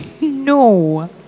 no